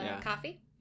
coffee